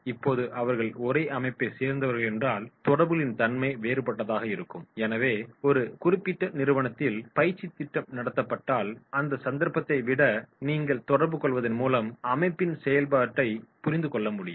இப்போது அவர்கள் ஒரே அமைப்பைச் சேர்ந்தவர்கள் என்றால் தொடர்புகளின் தன்மை வேறுபட்டதாக இருக்கும் எனவே ஒரு குறிப்பிட்ட நிறுவனத்தில் பயிற்சித் திட்டம் நடத்தப்பட்டால் அந்த சந்தர்ப்பத்தை விட நீங்கள் தொடர்பு கொள்வதன் மூலம் அமைப்பின் செயல்பாட்டைப் புரிந்துகொள் முடியும்